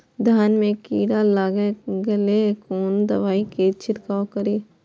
धान में कीरा लाग गेलेय कोन दवाई से छीरकाउ करी?